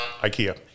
Ikea